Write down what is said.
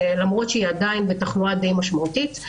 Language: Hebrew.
למרות שהיא עדיין בתחלואה די משמעותית.